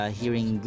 hearing